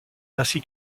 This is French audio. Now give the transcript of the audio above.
ainsi